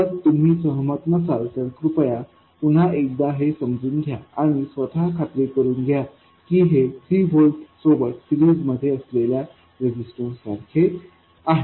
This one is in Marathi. जर तुम्ही सहमत नसाल तर कृपया पुन्हा एकदा हे समजून घ्या आणि स्वतः खात्री करुन घ्या की हे 3 व्होल्ट सोबत सिरीज मध्ये असलेल्या रेजिस्टन्स सारखेच आहे